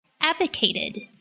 advocated